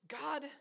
God